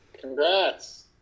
Congrats